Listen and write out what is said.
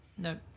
No